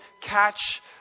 catch